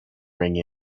ring